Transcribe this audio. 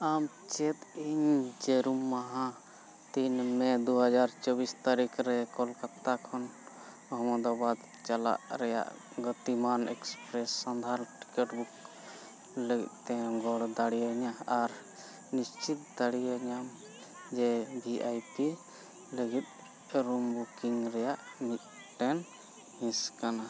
ᱟᱢ ᱪᱮᱫ ᱤᱧ ᱡᱟᱹᱨᱩᱢ ᱢᱟᱦᱟ ᱛᱤᱱ ᱢᱮ ᱫᱩ ᱦᱟᱡᱟᱨ ᱪᱚᱵᱵᱤᱥ ᱛᱟᱹᱨᱤᱠᱷ ᱨᱮ ᱠᱚᱞᱠᱟᱛᱛᱟ ᱠᱷᱚᱱ ᱟᱢᱮᱫᱟᱵᱟᱫ ᱪᱟᱞᱟᱜ ᱨᱮᱭᱟᱜ ᱜᱚᱛᱤᱢᱟᱱ ᱮᱠᱯᱨᱮᱥ ᱪᱟᱞᱟᱜ ᱨᱮᱭᱟᱜ ᱥᱚᱫᱷᱟᱱ ᱴᱤᱠᱤᱴ ᱵᱩᱠ ᱞᱟᱹᱜᱤᱫᱛᱮᱢ ᱜᱚᱲᱚ ᱫᱟᱲᱮᱭᱟᱹᱧᱟ ᱟᱨ ᱱᱤᱥᱪᱤᱛ ᱫᱟᱲᱮᱭᱟᱹᱧᱟᱢ ᱡᱮ ᱵᱷᱤ ᱟᱭ ᱯᱤ ᱞᱟᱹᱜᱤᱫ ᱨᱩᱢ ᱵᱩᱠᱤᱝ ᱨᱮᱭᱟᱜ ᱢᱤᱫᱴᱮᱱ ᱦᱤᱸᱥ ᱠᱟᱱᱟ